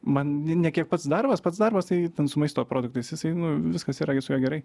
man ne kiek pats darbas pats darbas tai ten su maisto produktais jisai nu viskas yra gi su juo gerai